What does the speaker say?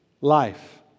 life